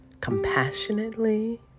compassionately